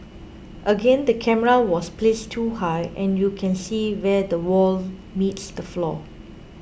again the camera was placed too high and you can see where the wall meets the floor